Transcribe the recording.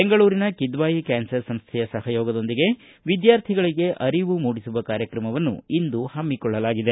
ಬೆಂಗಳೂರಿನ ಕಿದ್ವಾಯಿ ಕ್ಯಾನ್ಸರ್ ಸಂಸ್ಥೆಯ ಸಹಯೋಗದೊಂದಿಗೆ ವಿದ್ಯಾರ್ಥಿಗಳಿಗೆ ಅರಿವು ಮೂಡಿಸುವ ಕಾರ್ಯಕ್ರಮವನ್ನು ಇಂದು ಹಮ್ಮಿಕೊಳ್ಳಲಾಗಿದೆ